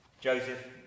Joseph